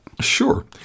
Sure